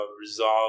resolve